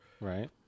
right